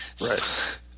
Right